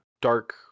dark